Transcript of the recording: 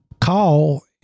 call